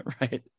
right